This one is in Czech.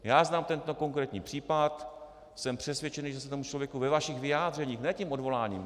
Já znám tento konkrétní případ, jsem přesvědčený, že se tomu člověku ve vašich vyjádřeních ne tím odvoláním.